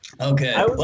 Okay